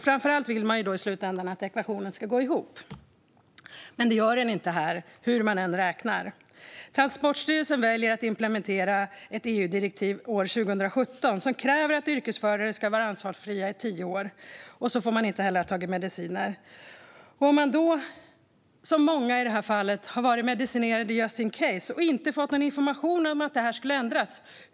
Framför allt vill man då i slutändan att ekvationen ska gå ihop. Men det gör den inte här hur man än räknar. Transportstyrelsen väljer att implementera ett EU-direktiv 2017 som kräver att yrkesförare har varit anfallsfria i tio år och inte har tagit mediciner. Många har varit medicinerade just in case och inte fått någon information om att detta skulle ändras.